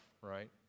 right